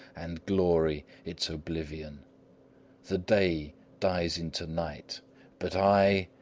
and glory its oblivion the day dies into night but i!